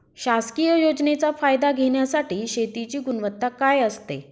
शासकीय योजनेचा फायदा घेण्यासाठी शेतीची गुणवत्ता काय असते?